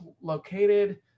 located